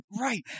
right